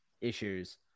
issues